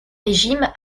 régime